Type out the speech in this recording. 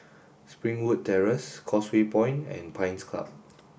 Springwood Terrace Causeway Point and Pines Club